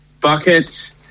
Bucket